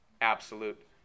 absolute